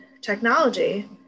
technology